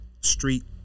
street